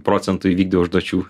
procentų įvykdė užduočių